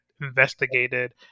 investigated